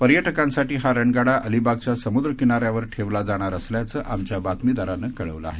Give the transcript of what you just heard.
पर्यटकांसाठी हा रणगाडा अलिबागच्या समुद्र किनारयावर ठेवला जाणार असल्याचं आमच्या बातमीदारानं कळवलं आहे